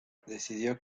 decidió